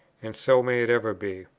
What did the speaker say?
and so may it ever be.